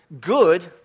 good